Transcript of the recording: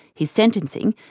his sentencing,